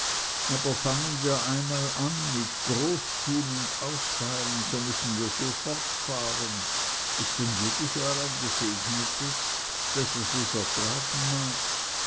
aber fangen wir einmal an mit großtun und austeilen so müssen wir so fortfahren ist denn jedes jahr ein gesegnetes daß es es ertragen mag